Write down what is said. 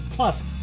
Plus